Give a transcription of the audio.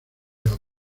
otros